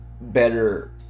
better